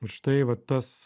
ir štai vat tas